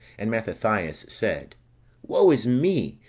and mathathias said woe is me,